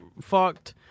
fucked